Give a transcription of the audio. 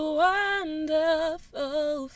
wonderful